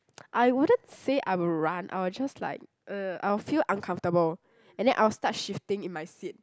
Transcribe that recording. I wouldn't say I would run I will just like uh I will feel uncomfortable and then I will start shifting in my seat